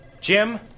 Jim